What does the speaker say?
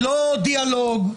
לא דיאלוג,